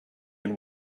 and